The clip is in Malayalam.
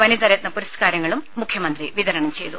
വനിതാരത്ന പുരസ്കാരങ്ങളും മുഖ്യമന്ത്രി വിതരണം ചെയ്തു